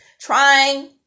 trying